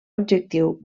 objectiu